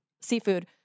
seafood